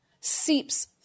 seeps